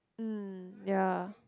mm ya